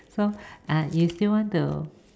so uh you still want to